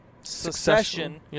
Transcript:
succession